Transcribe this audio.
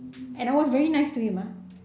and I was very nice to him ah